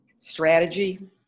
strategy